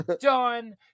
done